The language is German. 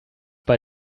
bei